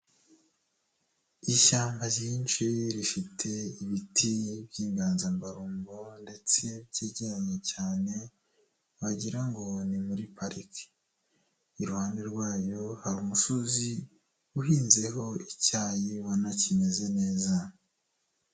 Ishyamba ryinshi rifite ibiti by'inganzamarumbo ndetse byegeranye cyane wagira ni muri parike, iruhande rwaho hari umusozi uhinzeho icyayi ubona kimeze neza.